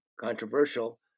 controversial